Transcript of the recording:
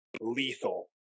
lethal